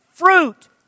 Fruit